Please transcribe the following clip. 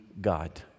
God